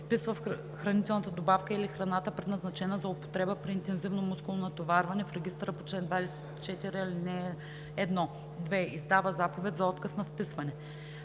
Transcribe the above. вписва хранителната добавка или храната, предназначена за употреба при интензивно мускулно натоварване, в регистъра по чл. 24, ал. 1; 2. издава заповед за отказ за вписване.